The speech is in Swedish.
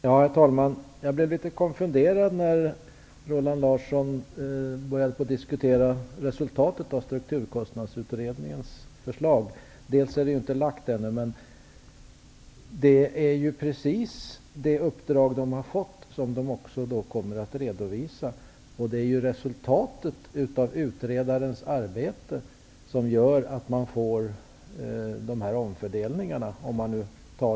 Herr talman! Jag blev litet konfunderad när Roland Larsson började diskutera resultatet av Strukturkostnadsutredningen. Den har ännu inte lagt fram något förslag. Det är emellertid precis det uppdrag som utredningen har fått som man kommer att redovisa. Det blir resultatet av utredningens arbete som gör att man får dessa omfördelningar.